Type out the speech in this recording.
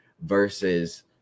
versus